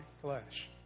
flesh